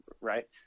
right